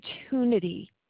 opportunity